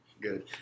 Good